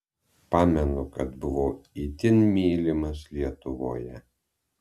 pamenu kad buvau itin mylimas lietuvoje